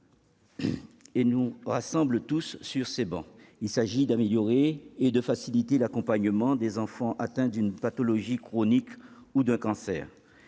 cet hémicycle, est simple : il s'agit d'améliorer et de faciliter l'accompagnement des enfants atteints d'une pathologie chronique ou d'un cancer.